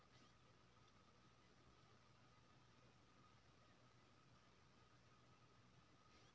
काबुली चना मे glycaemic index कम हेबाक कारणेँ डायबिटीज लेल नीक बुझल जाइ छै